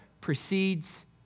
precedes